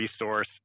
resource